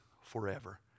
forever